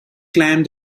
climbed